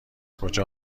کجا